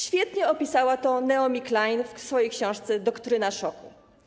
Świetnie opisała to Naomi Klein w swojej książce „Doktryna szoku”